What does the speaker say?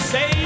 Say